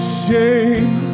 shame